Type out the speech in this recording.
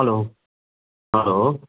hello hello